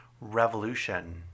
revolution